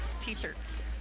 t-shirts